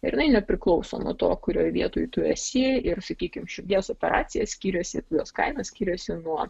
ir jinai nepriklauso nuo to kurioj vietoj tu esi ir sakykim širdies operacija skiriasi jos kaina skiriasi nuo